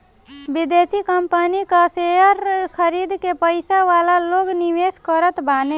विदेशी कंपनी कअ शेयर खरीद के पईसा वाला लोग निवेश करत बाने